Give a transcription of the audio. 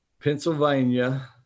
Pennsylvania